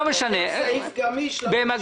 צריך להיות סעיף גמיש שיאפשר